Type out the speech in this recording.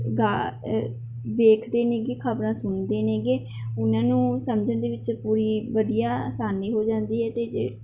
ਗਾ ਵੇਖਦੇ ਹੈਗੇ ਖਬਰਾਂ ਸੁਣਦੇ ਹੈਗੇ ਉਹਨਾਂ ਨੂੰ ਸਮਝਣ ਦੇ ਵਿੱਚ ਪੂਰੀ ਵਧੀਆ ਆਸਾਨੀ ਹੋ ਜਾਂਦੀ ਹੈ ਅਤੇ ਜੇ